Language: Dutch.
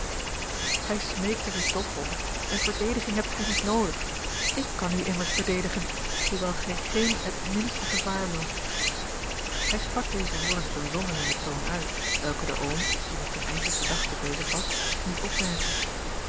hij smeekt er u toch om en verdediging hebt gij niet noodig ik kan u immers verdedigen hoewel gij geen het minste gevaar loopt hij sprak deze woorden op een zonderlingen toon uit welke de oom die met zijne eigene gedachten bezig was niet opmerkte